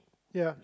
ya